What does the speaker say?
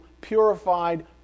purified